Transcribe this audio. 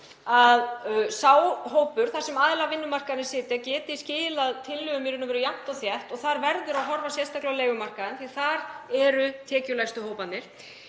að sá hópur, þar sem aðilar vinnumarkaðarins sitja, geti skilað tillögum jafnt og þétt og þar verður að horfa sérstaklega á leigumarkaðinn því þar eru tekjulægstu hóparnir.